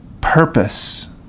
purpose